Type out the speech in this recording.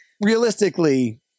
realistically